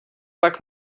pak